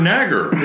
Nagger